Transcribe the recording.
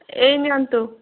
ଏହି ନିଅନ୍ତୁ